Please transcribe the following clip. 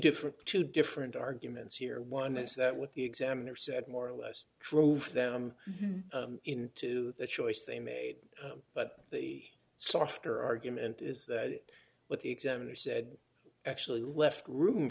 different two different arguments here one is that what the examiner said more or less drove them into the choice they made but the softer argument is that what the examiner said actually left room